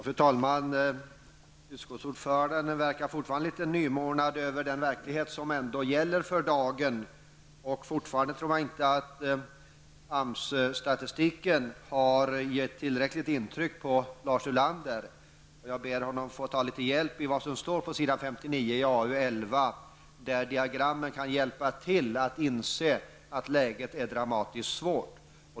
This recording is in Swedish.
Fru talman! Utskottsordföranden verkar fortfarande litet nymornad när det gäller verkligheten. Det verkar inte som om AMS statistiken har gjort tillräckligt intryck på Lars Ulander. Jag ber honom att ta hjälp av vad som står på s. 59 i arbetsmarknadsutskottets betänkande 11. Diagrammen där kan hjälpa honom att inse att läget är dramatiskt svårt.